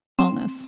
wellness